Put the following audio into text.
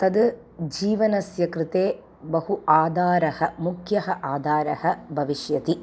तद् जीवनस्य कृते बहु आधारः मुख्यः आधारः भविष्यति